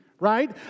Right